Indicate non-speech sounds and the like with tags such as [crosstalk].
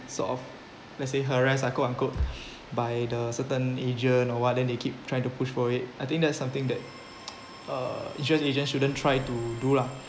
sort of let's say harassed like quote unquote by the certain agent or what then they keep trying to push for it I think that's something that [noise] uh insurance agent shouldn't try to do lah